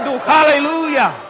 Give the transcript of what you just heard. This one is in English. hallelujah